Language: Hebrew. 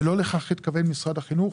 ולא לכך התכוון משרד החינוך.